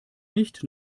nicht